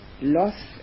loss